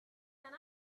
can